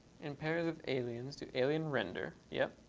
in pairs of aliens to alien render, yep.